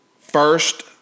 first